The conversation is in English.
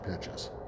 pitches